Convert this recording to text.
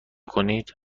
کنید